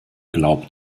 glaubt